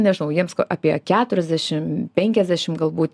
nežinau jiems apie keturiasdešimt penkiasdešimt galbūt